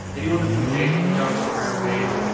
anyone that's engaged with our instagram page,